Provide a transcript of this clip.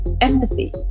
empathy